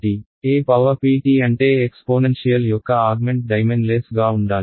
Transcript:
ept అంటే exponential యొక్క argument డైమెన్లెస్గా ఉండాలి